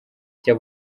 icyo